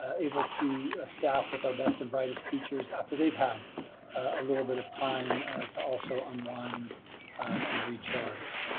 ah able to ah staff with our best and brightest teachers after they've had a little bit of time to also unwind and recharge.